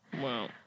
Wow